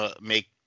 make